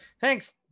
thanks